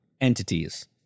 entities